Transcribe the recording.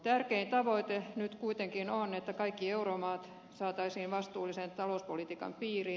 tärkein tavoite nyt kuitenkin on että kaikki euromaat saataisiin vastuullisen talouspolitiikan piiriin